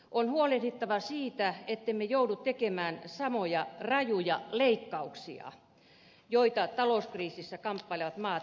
on huolehdittava siitä ettemme joudu tekemään samoja rajuja leikkauksia joita talouskriisissä kamppailevat maat nyt tekevät